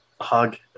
hug